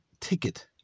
ticket